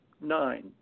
nine